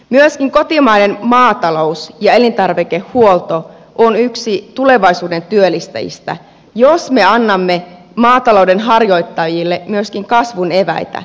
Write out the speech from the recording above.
myöskin kotimainen maatalous ja elintarvikehuolto on yksi tulevaisuuden työllistäjistä jos me annamme maatalouden harjoittajille kasvun eväitä